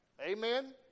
Amen